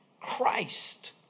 Christ